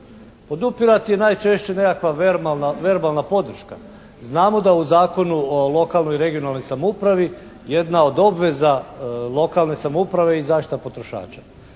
Podupirati je najčešće nekakva verbalna podrška. Znamo da u Zakonu o lokalnoj i regionalnoj samoupravi jedna od obveza lokalne samouprave je i zaštita potrošača.